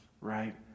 right